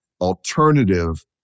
alternative